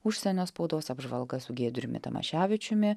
užsienio spaudos apžvalga su giedriumi tamaševičiumi